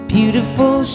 beautiful